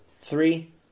Three